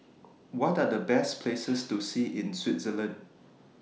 What Are The Best Places to See in Switzerland